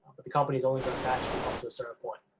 but the company is only going to match you up to a certain point.